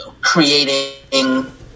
creating